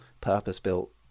purpose-built